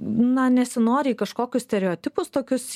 na nesinori į kažkokius stereotipus tokius